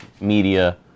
media